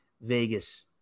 Vegas